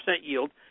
yield